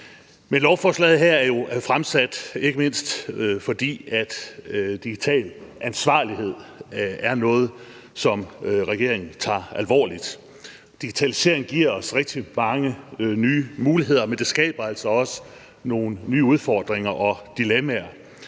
jo fremsat, ikke mindst fordi digital ansvarlighed er noget, som regeringen tager alvorligt. Digitaliseringen giver os rigtig mange nye muligheder, men den skaber altså også nogle nye udfordringer og dilemmaer,